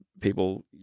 people